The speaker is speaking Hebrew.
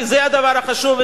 כי זה הדבר החשוב,